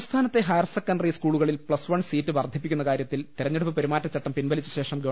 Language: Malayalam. സംസ്ഥാനത്തെ ഹയർസെക്കൻറി സ്കൂളുകളിൽ പ്ലസ് വൺ സീറ്റ് വർധിപ്പിക്കുന്ന കാര്യത്തിൽ തെരുഞ്ഞെടുപ്പ് പെരുമാറ്റച്ചട്ടം പിൻവലിച്ചശേഷം ഗവ